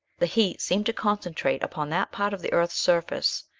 the heat seemed to concentrate upon that part of the earth's surface,